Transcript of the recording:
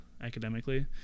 academically